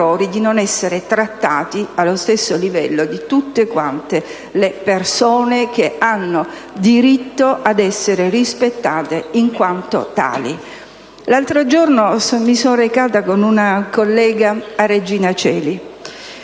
L'altro giorno mi sono recata con una collega a Regina Coeli,